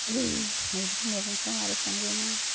मैद्रु मैगंखौ माबोरै संजेनो